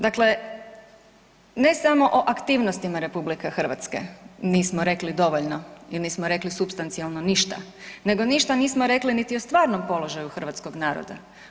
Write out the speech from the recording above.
Dakle, ne samo o aktivnostima RH nismo rekli dovoljno i nismo rekli supstancijalno ništa nego ništa nismo rekli niti o stvarnom položaju hrvatskog naroda.